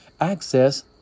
access